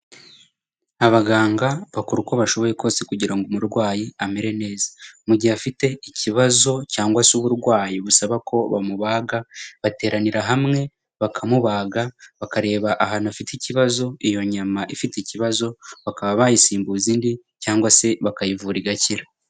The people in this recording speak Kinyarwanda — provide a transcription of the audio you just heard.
Abaganga bakora uko bashoboye kose kugira ngo umurwayi amere neza. Mu gihe afite ikibazo cyangwa se uburwayi busaba ko bamubaga, bateranira hamwe bakamubaga bakareba ahantu afite ikibazo, iyo nyama ifite ikibazo bakaba bayisimbuza indi cyangwa se bakayivura igakira.